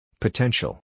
Potential